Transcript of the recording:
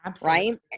right